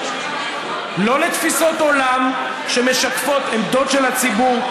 לא לתפיסות עולם שמשקפות עמדות של הציבור.